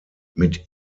mit